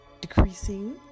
decreasing